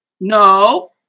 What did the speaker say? no